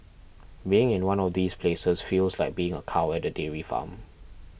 being in one of these places feels like being a cow at a dairy farm